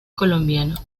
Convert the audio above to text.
colombiano